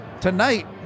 tonight